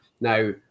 Now